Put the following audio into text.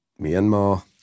Myanmar